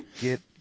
get